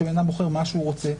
שבן אדם בוחר מה שהוא רוצה,